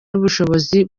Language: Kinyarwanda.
n’ubushobozi